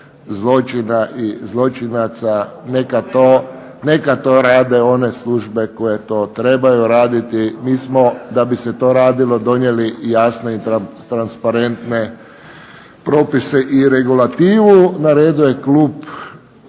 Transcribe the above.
zločina i zločinaca. Neka to rade one službe koje to trebaju raditi. Mi smo da bi se to radilo donijeli jasne i transparentne propise i regulativu. Na redu je klub